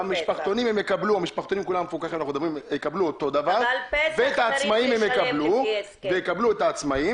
במשפחתונים הם יקבלו אותו דבר, ויקבלו את העצמאים.